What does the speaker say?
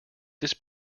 this